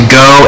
go